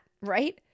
right